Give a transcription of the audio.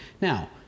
Now